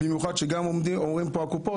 במיוחד שהקופות אומרות,